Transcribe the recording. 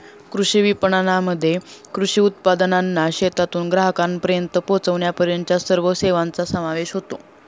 कृषी विपणनामध्ये कृषी उत्पादनांना शेतातून ग्राहकांपर्यंत पोचविण्यापर्यंतच्या सर्व सेवांचा समावेश होतो